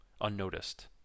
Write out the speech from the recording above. unnoticed